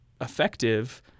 effective